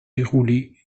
déroulés